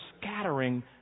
scattering